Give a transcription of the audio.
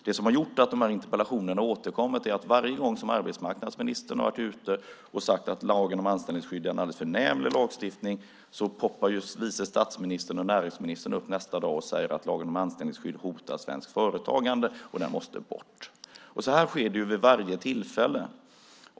Det som har gjort att de här interpellationerna har återkommit är att varje gång som arbetsmarknadsministern har varit ute och sagt att lagen om anställningsskydd är en alldeles förnämlig lagstiftning poppar vice statsministern och näringsministern upp nästa dag och säger att lagen om anställningsskydd hotar svenskt företagande och måste bort. Detta sker vid varje tillfälle.